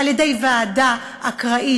על-ידי ועדה אקראית,